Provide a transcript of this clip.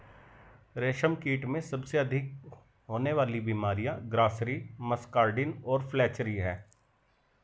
रेशमकीट में सबसे अधिक होने वाली बीमारियां ग्रासरी, मस्कार्डिन और फ्लैचेरी हैं